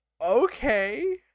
Okay